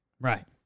Right